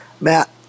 Matt